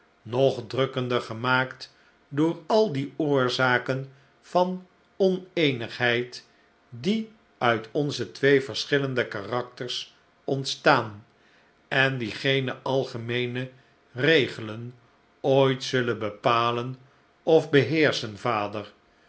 nog drukkender gemaakt door al die oorzaken van oneenigheid die uit onze twee verschillende karakters ontstaan en die geene algemeene regelen ooit zullen bepalen of beheerschen vader